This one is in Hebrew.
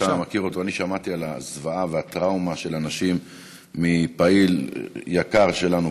אתה מכיר אותו אני שמעתי על הזוועה והטראומה של אנשים מפעיל יקר שלנו,